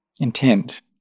intent